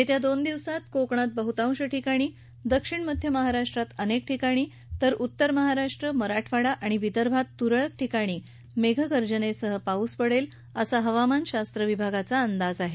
येत्या दोन दिवसात कोकणात बहुतांश ठिकाणी दक्षिण मध्य महाराष्ट्रात अनेक ठिकाणी तर उत्तर महाराष्ट्र मराठवाडा आणि विदर्भात तुरळक ठिकाणी मेघगर्जनेसह पाऊस पडेल असा हवामान शास्त्र विभागाचा अंदाज आहे